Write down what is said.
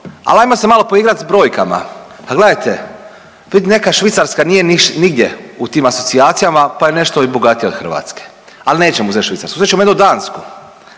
Al ajmo se malo poigrat s brojkama. Pa gledajte, u biti neka Švicarska nije nigdje u tim asocijacijama, pa je nešto i bogatija od Hrvatske, al nećemo uzet Švicarsku, uzet ćemo jednu Dansku